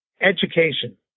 education